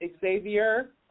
Xavier